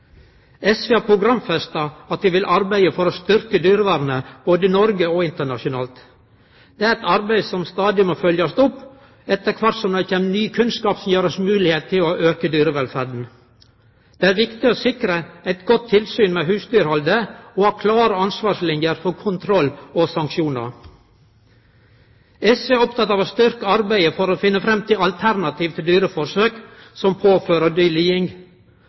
SV har programfesta at vi vil arbeide for å styrkje dyrevernet, både i Noreg og internasjonalt. Det er eit arbeid som stadig må følgjast opp, etter kvart som det kjem ny kunnskap som gir oss moglegheit til å auke dyrevelferda. Det er viktig å sikre eit godt tilsyn med husdyrhaldet og ha klare ansvarsliner for kontroll og sanksjonar. SV er oppteke av å styrkje arbeidet for å finne fram til alternativ til dyreforsøk som påfører dyr liding.